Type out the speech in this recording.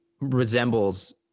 resembles